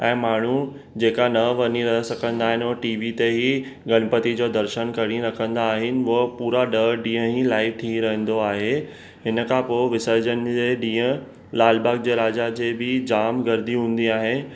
ऐं माण्हू जेका न वञी न सघंदा आहिनि टी वी ते ई गणपति जो दर्शन करे रखंदा आहिनि उहे पूरा ॾह ॾींहं ई लाइव थी रहंदो आहे हिन खां पोइ विर्सजन जे ॾींहुं लाल बाग जे राजा जे बि जामु गर्दी हूंदी आहे